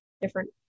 different